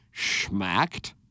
schmacked